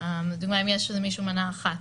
מדוע אם יש למישהו מנה אחת?